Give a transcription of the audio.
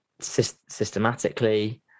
Systematically